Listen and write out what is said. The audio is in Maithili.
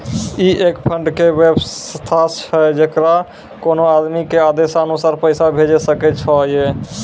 ई एक फंड के वयवस्था छै जैकरा कोनो आदमी के आदेशानुसार पैसा भेजै सकै छौ छै?